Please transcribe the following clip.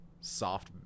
soft